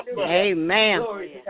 Amen